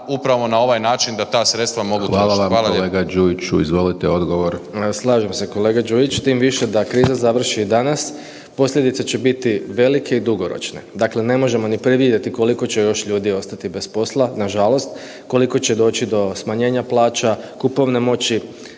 vam kolega Đujiću. Izvolite odgovor. **Hajduković, Domagoj (SDP)** Slažem se kolega Đujić tim više da kriza završi danas, posljedice će biti velike i dugoročne. Dakle, ne možemo ni predvidjeti koliko će još ljudi ostati bez posla nažalost, koliko će doći do smanjenja plaća, kupovne moći,